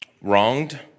wronged